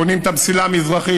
בונים את המסילה המזרחית,